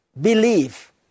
believe